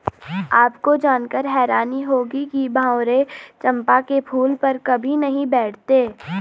आपको जानकर हैरानी होगी कि भंवरे चंपा के फूल पर कभी नहीं बैठते